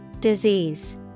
Disease